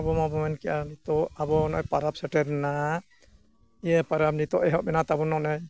ᱟᱵᱚ ᱢᱟᱵᱚ ᱢᱮᱱᱠᱮᱜᱼᱟ ᱱᱤᱛᱳᱜ ᱟᱵᱚ ᱱᱚᱜᱼᱚᱭ ᱯᱚᱨᱚᱵᱽ ᱥᱮᱴᱮᱨ ᱮᱱᱟ ᱤᱭᱟᱹ ᱯᱚᱨᱚᱵᱽ ᱱᱤᱛᱳᱜ ᱮᱦᱚᱵ ᱮᱱᱟ ᱛᱟᱵᱚᱱ ᱚᱱᱮ